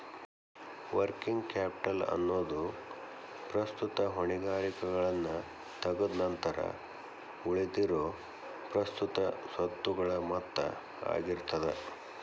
working capital ಎನ್ನೊದು ಪ್ರಸ್ತುತ ಹೊಣೆಗಾರಿಕೆಗಳನ್ನ ತಗದ್ ನಂತರ ಉಳಿದಿರೊ ಪ್ರಸ್ತುತ ಸ್ವತ್ತುಗಳ ಮೊತ್ತ ಆಗಿರ್ತದ